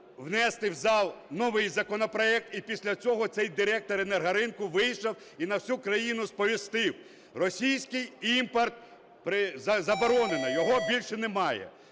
внести в зал новий законопроект, і після цього цей директор енергоринку вийшов і на всю країну сповістив: "Російський імпорт заборонено. Його більше немає".